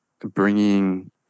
bringing